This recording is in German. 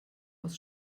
aus